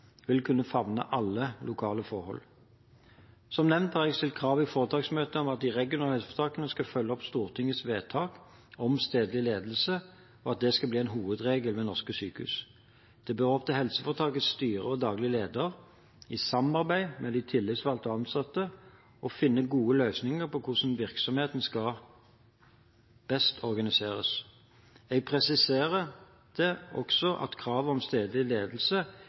vil kunne favne alle lokale forhold. Som nevnt har jeg stilt krav i foretaksmøtet om at de regionale helseforetakene skal følge opp Stortingets vedtak om at stedlig ledelse blir hovedregelen ved norske sykehus. Det bør være opp til helseforetakets styre og daglig leder, i samarbeid med de tillitsvalgte og ansatte, å finne gode løsninger på hvordan virksomhetene best kan organiseres. Jeg presiserte også at kravet om stedlig ledelse